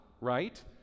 right